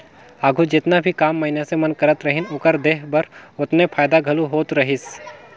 आघु जेतना भी काम मइनसे मन करत रहिन, ओकर देह बर ओतने फएदा घलो होत रहिस